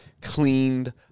cleaned